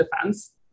defense